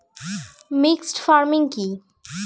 Mixed farming কি?